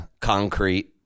concrete